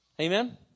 Amen